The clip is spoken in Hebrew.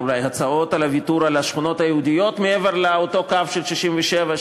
אולי הצעות לוויתור על השכונות היהודיות מעבר לאותו קו של 67',